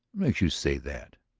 makes you say that?